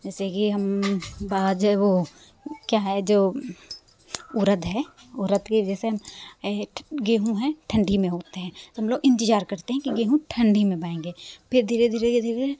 जैसे गेहूं बाज वो क्या है जो उरद है उरद भी जैसे हम गेहूं हैं ठंडी में होते हैं तो हम लोग इन्तज़ार करते हैं कि गेहूं ठंडी में बएंगे फिर धीरे धीरे धीरे धीरे